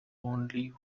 only